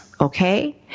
Okay